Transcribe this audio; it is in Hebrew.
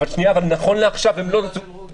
זו החלטה של רודוס.